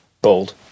bold